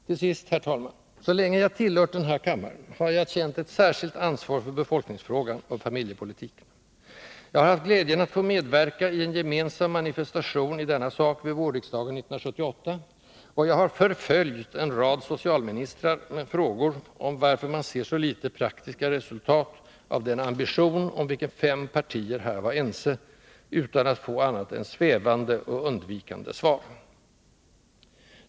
Till sist, herr talman: Så länge jag tillhört denna kammare har jag känt ett särskilt ansvar för befolkningsfrågan och familjepolitiken. Jag har haft glädjen att få medverka i en gemensam manifestation i denna sak vid vårriksdagen 1978, och jag har förföljt en rad socialministrar med frågor om varför man ser så litet praktiska resultat av den ambition, om vilken fem partier här var ense, utan att få annat än svävande och undvikande svar.